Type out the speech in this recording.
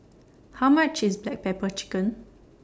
How much IS Black Pepper Chicken